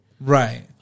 Right